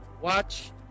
watch